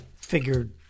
figured